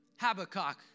Habakkuk